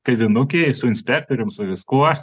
kavinukėje su inspektorium su viskuo